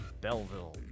Belleville